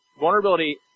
vulnerability